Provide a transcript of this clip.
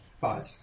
five